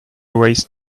waste